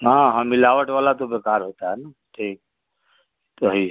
हाँ हाँ मिलावट वाला तो बेकार होता है न ठीक वो तो हई है